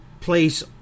place